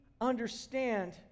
understand